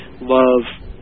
love